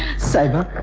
sahiba,